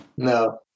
no